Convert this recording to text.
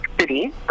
city